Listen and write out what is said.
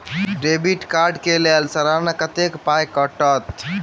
Debit card कऽ लेल सलाना कत्तेक पाई कटतै?